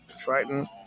Triton